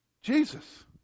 Jesus